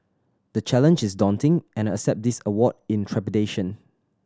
the challenge is daunting and I accept this award in trepidation